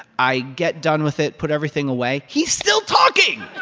i get done with it, put everything away. he's still talking